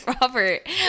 Robert